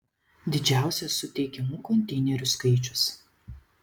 didžiausias suteikiamų konteinerių skaičius